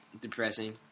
Depressing